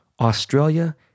australia